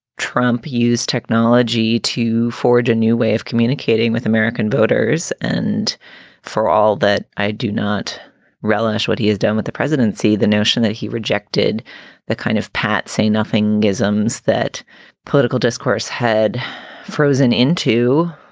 trump use technology to forge a new way of communicating with american voters. and for all that, i do not relish what he has done with the presidency, the notion that he rejected the kind of pat say nothing isms that political discourse had frozen into.